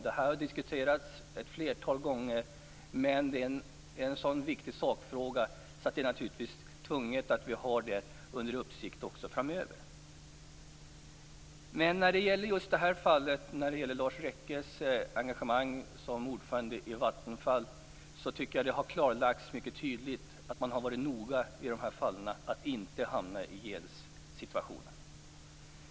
Detta har nämligen diskuterats ett flertal gånger men sakfrågan är så viktig att det naturligtvis är tvunget att ha den under uppsikt också framöver. När det gäller Lars Rekkes engagemang som ordförande i Vattenfalls styrelse tycker jag att det mycket tydligt klarlagts att man i dessa fall har varit noga med att inte hamna i en jävssituation.